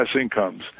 incomes